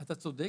אתה צודק.